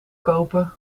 kopen